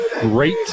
great